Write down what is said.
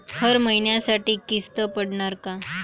हर महिन्यासाठी किस्त पडनार का?